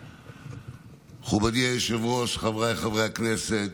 מכובדי היושב-ראש, חבריי חברי הכנסת,